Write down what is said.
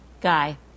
Guy